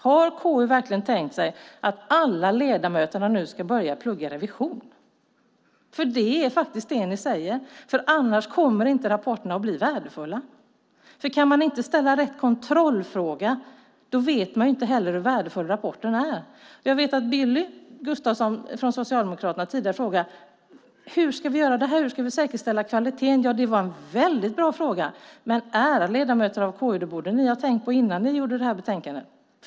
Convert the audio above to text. Har KU verkligen tänkt sig att alla ledamöter nu ska börja plugga revision? Det är faktiskt det ni säger. Annars kommer rapporterna inte att bli värdefulla. Kan man inte ställa rätt kontrollfråga vet man inte heller hur värdefull rapporten är. Billy Gustafsson från Socialdemokraterna frågade tidigare hur vi ska säkerställa kvaliteten. Det var en väldigt bra fråga. Ärade ledamöter av KU, det borde ni ha tänkt på innan ni skrev det här betänkandet!